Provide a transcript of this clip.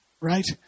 right